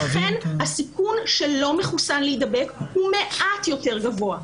הסיכון של לא מחוסן להידבק הוא מעט יותר גבוה.